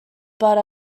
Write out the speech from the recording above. but